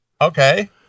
Okay